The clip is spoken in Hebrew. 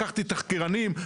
לקחתי תחקירנים,